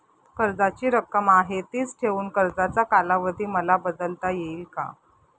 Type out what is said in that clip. कर्जाची रक्कम आहे तिच ठेवून कर्जाचा कालावधी मला बदलता येईल का?